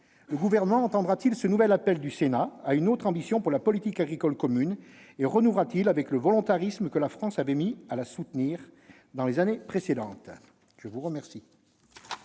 le Gouvernement entendra-t-il ce nouvel appel du Sénat à une autre ambition pour la politique agricole commune et renouera-t-il avec le volontarisme dont la France avait fait montre pour la soutenir dans les années précédentes ? La parole